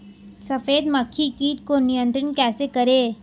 सफेद मक्खी कीट को नियंत्रण कैसे करें?